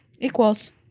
Equals